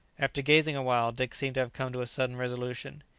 after gazing awhile, dick seemed to have come to a sudden resolution.